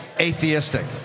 atheistic